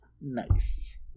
Nice